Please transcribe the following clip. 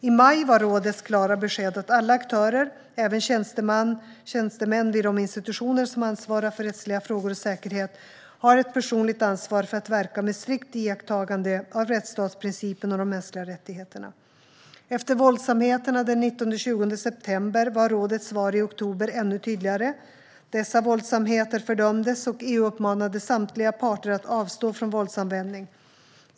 I maj var rådets klara besked att alla aktörer, även tjänstemän vid de institutioner som ansvarar för rättsliga frågor och säkerhet, har ett personligt ansvar för att verka med strikt iakttagande av rättsstatsprincipen och de mänskliga rättigheterna. Efter våldsamheterna den 19-20 september var rådets svar i oktober ännu tydligare. Dessa våldsamheter fördömdes, och EU uppmanade samtliga parter att avstå från våldsanvändning.